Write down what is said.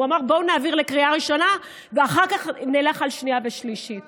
הוא אמר: בואו נעביר בקריאה ראשונה ואחר כך נלך על שנייה ושלישית